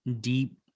deep